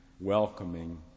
welcoming